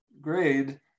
grade